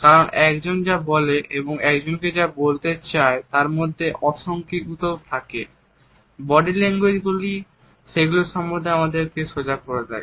কারণ একজন যা বলে এবং একজন যা বলতে চায় তার মধ্যে যে অসঙ্গতিগুলো থাকে বডি ল্যাঙ্গুয়েজ সেগুলোর সম্বন্ধে আমাদের সজাগ করে দেয়